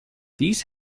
these